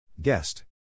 Guest